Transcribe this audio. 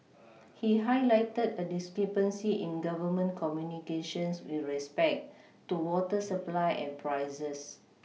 he highlighted a discrepancy in Government communications with respect to water supply and prices